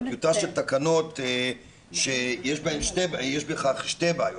טיוטה של תקנות שיש בכך שתי בעיות.